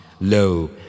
Lo